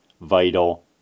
vital